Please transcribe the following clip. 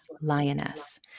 lioness